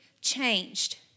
changed